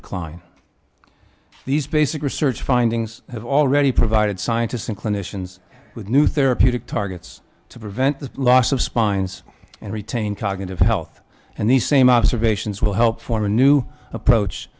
decline these basic research findings have already provided scientists and clinicians with new therapeutic targets to prevent the loss of spines and retain cognitive health and the same observations will help form a new approach